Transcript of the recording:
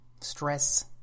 stress